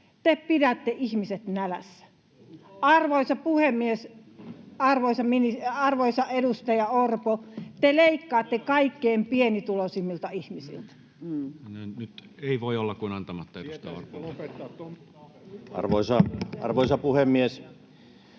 Te pidätte ihmiset nälässä. [Oikealta: Ohhoh!] Arvoisa puhemies! Arvoisa edustaja Orpo, te leikkaatte kaikkein pienituloisimmilta ihmisiltä. No, nyt ei voi olla kuin antamatta. — Edustaja Orpo. Arvoisa puhemies!